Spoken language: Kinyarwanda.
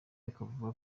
akavuga